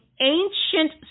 ancient